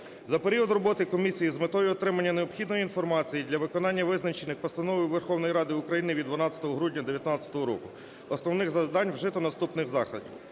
За період роботи комісії з метою отримання необхідної інформації для виконання визначених постановою Верховної Ради України від 12 грудня 19-го року основних завдань вжито наступні заходи.